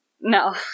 No